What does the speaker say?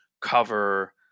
cover